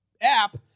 app